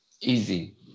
Easy